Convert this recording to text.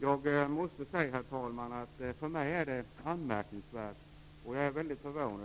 Herr talman! Jag måste säga att det är anmärkningsvärt. Jag är väldigt förvånad.